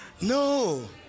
No